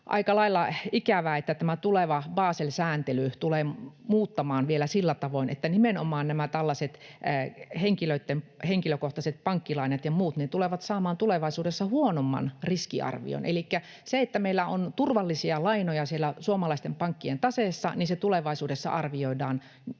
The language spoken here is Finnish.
aika lailla ikävää, että tämä tuleva Basel-sääntely tulee muuttamaan tätä vielä sillä tavoin, että nimenomaan nämä tällaiset henkilökohtaiset pankkilainat ja muut tulevat saamaan tulevaisuudessa huonomman riskiarvion. Elikkä se, että meillä on turvallisia lainoja siellä suomalaisten pankkien taseissa, arvioidaan tulevaisuudessa ikään